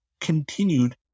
continued